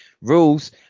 rules